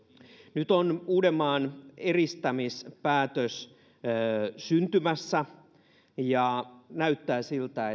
nyt on uudenmaan eristämispäätös syntymässä ja näyttää siltä